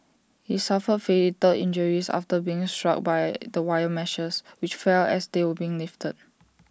he suffered fatal injuries after being struck by the wire meshes which fell as they were being lifted